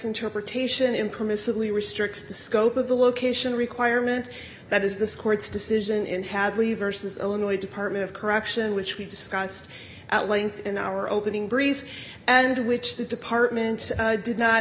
interpretation impermissibly restricts the scope of the location requirement it is this court's decision in hadley versus illinois department of correction which we discussed at length in our opening brief and which the department did not